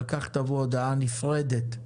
על-כך תבוא הודעה נפרדת.